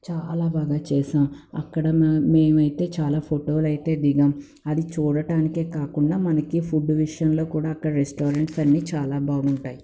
చాలా బాగా చేసాం అక్కడ మ మేమయితే చాలా ఫొటోలయితే దిగాం అది చూడటానికే కాకుండా మనకి ఫుడ్ విషయంలో కూడా అక్కడ రెస్టారెంట్స్ అన్ని చాలా బాగుంటాయి